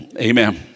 Amen